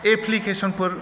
एप्लिकेसनफोर